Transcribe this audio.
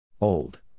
Old